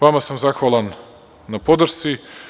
Vama sam zahvalan na podršci.